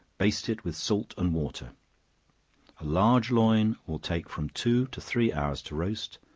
baste it with salt and water a large loin will take from two to three hours to roast,